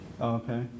Okay